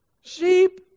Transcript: sheep